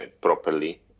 properly